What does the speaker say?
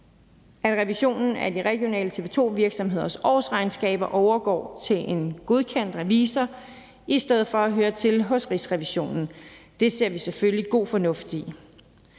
at revisionen af de regionale TV 2-virksomheders årsregnskaber overgår til en godkendt revisor i stedet for at høre til hos Rigsrevisionen. Det ser vi selvfølgelig god fornuft i.